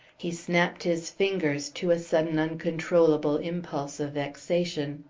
he snapped his fingers to a sudden uncontrollable impulse of vexation.